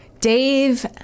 Dave